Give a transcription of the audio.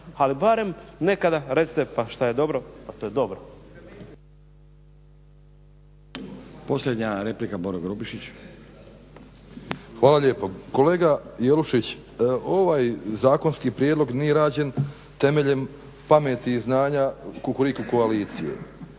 ali barem nekada recite, pa šta je dobro, to je dobro.